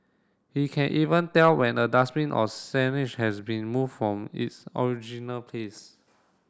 he can even tell when a dustbin or signage has been moved from its original place